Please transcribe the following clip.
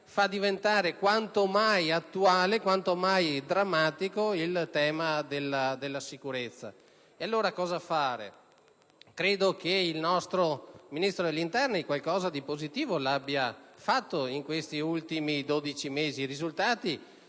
fanno diventare quanto mai attuale e drammatico il tema della sicurezza. Allora, cosa fare? Credo che il nostro Ministro dell'interno qualcosa di positivo l'abbia fatto in questi ultimi dodici mesi. I risultati